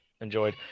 enjoyed